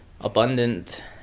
abundant